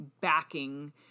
backing